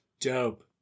dope